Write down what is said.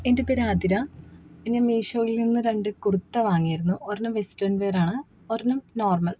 എൻ്റെ പേര് ആതിര ഞാൻ മീഷോയിൽ നിന്നു രണ്ടു കുർത്ത വാങ്ങിയിരുന്നു ഒരെണ്ണം വെസ്റ്റേൺ വെയറാണ് ഒരെണ്ണം നോർമൽ